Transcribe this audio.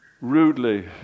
rudely